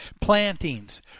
plantings